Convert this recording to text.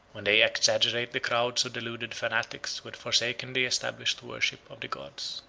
when they exaggerate the crowds of deluded fanatics who had forsaken the established worship of the gods.